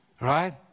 right